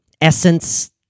essence